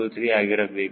03 ಆಗಿರಬೇಕು